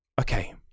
okay